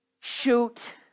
Shoot